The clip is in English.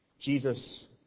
Jesus